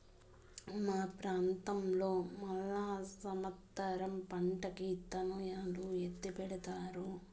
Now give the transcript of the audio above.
మా ప్రాంతంలో మళ్ళా సమత్సరం పంటకి ఇత్తనాలు ఎత్తిపెడతారు